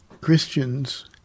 Christians